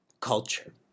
culture